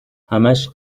همش